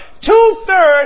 two-thirds